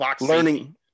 learning